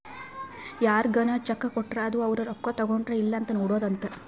ಯಾರ್ಗನ ಚೆಕ್ ಕೊಟ್ರ ಅದು ಅವ್ರ ರೊಕ್ಕ ತಗೊಂಡರ್ ಇಲ್ಲ ಅಂತ ನೋಡೋದ ಅಂತ